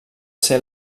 ser